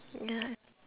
yeah